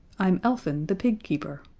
i'm elfin, the pig keeper,